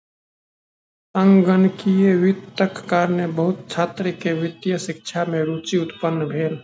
संगणकीय वित्तक कारणेँ बहुत छात्र के वित्तीय शिक्षा में रूचि उत्पन्न भेल